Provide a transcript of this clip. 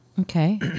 Okay